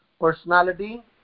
personality